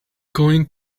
going